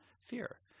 Fear